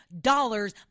dollars